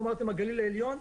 אמרתם הגליל העליון.